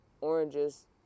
oranges